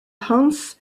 hans